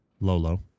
Lolo